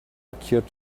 occurred